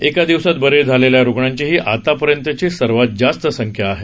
एका दिवसात बरे झालेल्या रुग्णांची ही आतापर्यंतची सर्वात जास्त संख्या आहे